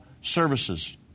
services